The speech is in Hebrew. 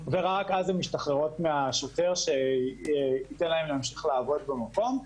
ורק אז הן משתחררות מהשוטר שייתן להן להמשיך לעבוד במקום.